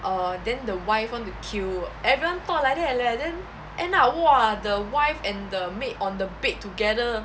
err then the wife want to kill everyone thought like that leh then end up !wah! the wife and the maid on the bed together